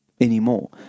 anymore